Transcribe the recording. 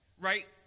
Right